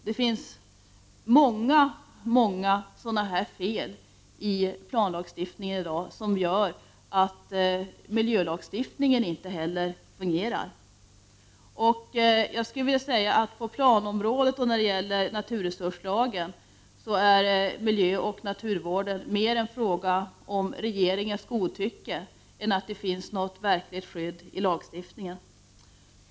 Det finns i dag många sådana fel i planlagstiftningen som gör att inte heller miljölagstiftningen fungerar. Jag skulle vilja säga att miljöoch naturvården på planområdet och när det gäller naturresurslagen mer är en fråga om regeringens godtycke än om att det finns något verkligt skydd i lagstiftningen.